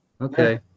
okay